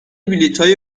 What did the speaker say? بلیطهای